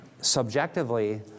subjectively